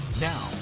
Now